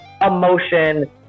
emotion